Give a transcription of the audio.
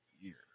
year